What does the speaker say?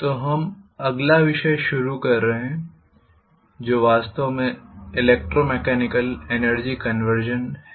तो हम अगला विषय शुरू कर रहे हैं जो वास्तव में ईलेक्ट्रोमेकेनिकल एनर्जी कंवर्सन है